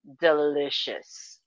delicious